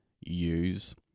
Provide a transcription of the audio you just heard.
use